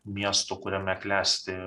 miestu kuriame klesti